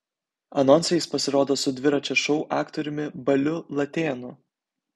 anonse jis pasirodo su dviračio šou aktoriumi baliu latėnu